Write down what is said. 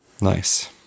nice